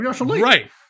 right